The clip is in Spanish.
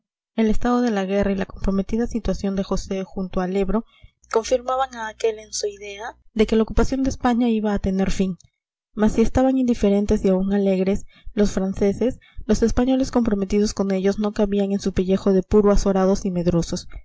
el estado de la guerra y la comprometida situación de josé junto al ebro confirmaban a aquel en su idea de que la ocupación de españa iba a tener fin mas si estaban indiferentes y aun alegres los franceses los españoles comprometidos con ellos no cabían en su pellejo de puro azorados y medrosos